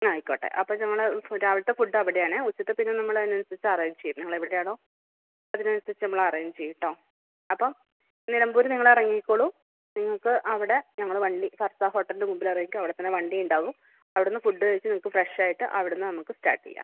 എന്നാൽ ആയിക്കോട്ടെ അപ്പോൾ നിങ്ങളുടെ രാവിലത്തെ ഫുഡ്ഡ് അവിടെയാണ് ഉച്ചത്തെ പിന്നെ നമ്മളതിനനുസരിച്ച് അറേഞ്ച് ചെയ്യും നിങ്ങളെവിടെയാണോ അതിനനുസരിച്ച് നമ്മളറേഞ്ച് ചെയൂട്ടോ അപ്പോൾ നിലമ്പൂർ നിങ്ങളിറിങ്ങിക്കോളു നിങ്ങൾക്ക് അവിടെ ഞങ്ങൾ വണ്ടി ഫർത്ത ഹോട്ടൽൻ്റെ മുമ്പിലിറങ്ങിക്കോ അവിടെത്തന്നെ വണ്ടിയുണ്ടാവും അവിടന്ന് ഫുഡ്ഡ് കഴിച്ച് നിങ്ങൾക്ക് ഫ്രഷായിട്ട് അവിടന്ന് നമുക്ക് സ്റ്റാർട്ട് ചെയ്യാം